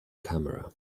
camera